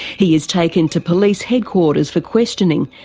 he is taken to police headquarters for questioning,